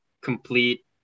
complete